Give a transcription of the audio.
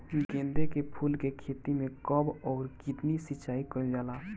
गेदे के फूल के खेती मे कब अउर कितनी सिचाई कइल जाला?